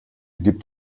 gibt